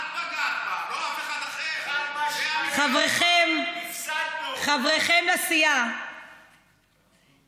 בדיוק זה מה שעשית, פגעת בהסברה הישראלית.